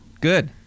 Good